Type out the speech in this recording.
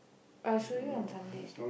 I'll show you on Sunday